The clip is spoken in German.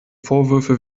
vorwürfe